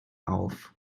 auf